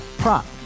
prop